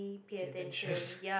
pay attention